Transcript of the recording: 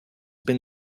been